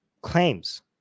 claims